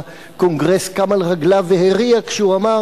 הקונגרס קם על רגליו והריע כשהוא אמר